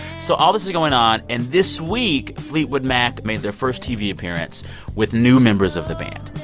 so all this is going on. and this week, fleetwood mac made their first tv appearance with new members of the band.